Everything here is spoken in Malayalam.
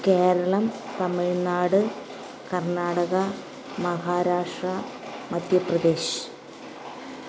കേരളം തമിഴ്നാട് കർണാടക മഹാരാഷ്ട്ര മദ്ധ്യപ്രദേശ്